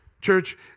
Church